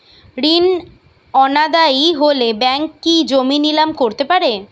ঋণ অনাদায়ি হলে ব্যাঙ্ক কি জমি নিলাম করতে পারে?